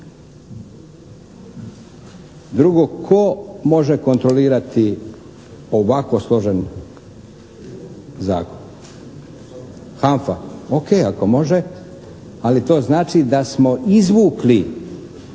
Drugo, tko može kontrolirati ovako složen zakon? HANFA? Ok, ako može, ali to znači da smo izvukli